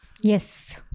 Yes